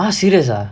!huh! serious ah